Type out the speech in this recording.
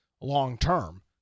long-term